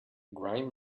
grime